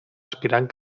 aspirant